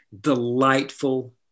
delightful